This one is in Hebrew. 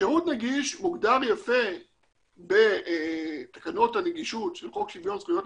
שירות נגיש הוגדר יפה בתקנות הנגישות של חוק שוויון הזדמנויות